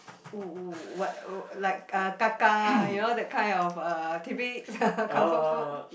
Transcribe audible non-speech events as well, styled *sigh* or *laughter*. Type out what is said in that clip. oh what uh like kaka you know that kind of uh tidbit *laughs* comfort food